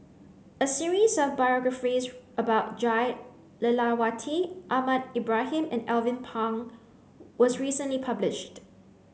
a series of biographies about Jah Lelawati Ahmad Ibrahim and Alvin Pang was recently published